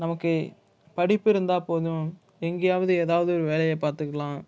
நமக்கு படிப்பு இருந்தால் போதும் எங்கையாவது ஏதாவது ஒரு வேலையை பார்த்துக்கலாம்